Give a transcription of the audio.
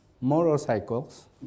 motorcycles